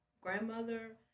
grandmother